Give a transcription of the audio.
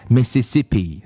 Mississippi